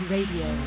Radio